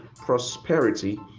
prosperity